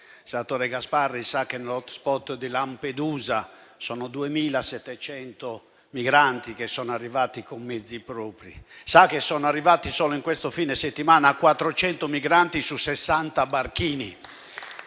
non è così, sa che nell'*hotspot* di Lampedusa vi sono 2.700 migranti arrivati con mezzi propri, sa che sono arrivati solo in questo fine settimana 400 migranti su 60 barchini.